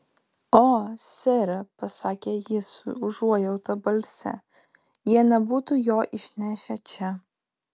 o sere pasakė ji su užuojauta balse jie nebūtų jo išnešę čia